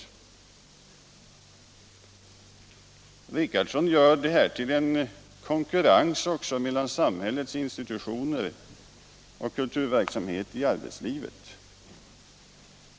Herr Richardson gör också det hela till en konkurrens mellan samhällets institutioner och kulturverksamhet i arbetslivet.